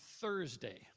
Thursday